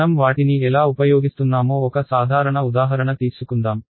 మనం వాటిని ఎలా ఉపయోగిస్తున్నామో ఒక సాధారణ ఉదాహరణ తీసుకుందాం